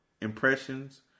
impressions